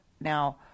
Now